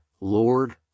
Lord